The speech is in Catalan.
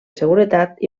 seguretat